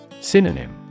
Synonym